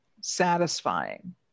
satisfying